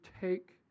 take